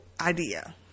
idea